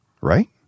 right